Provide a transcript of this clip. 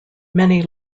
many